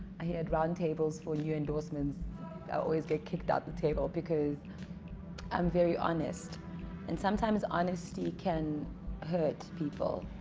i had round tables for you endorsements i always get kicked out the table because i'm very honest and sometimes honesty can hurt people